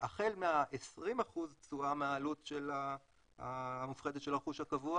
החל מה-20% תשואה מהעלות המופחתת של הרכוש הקבוע